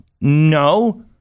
No